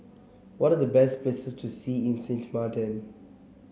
what are the best places to see in Sint Maarten